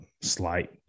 slight